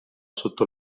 sotto